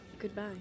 Goodbye